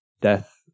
death